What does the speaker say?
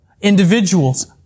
individuals